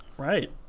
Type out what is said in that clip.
Right